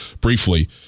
briefly